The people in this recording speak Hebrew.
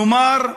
כלומר,